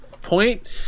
point